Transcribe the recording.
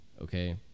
Okay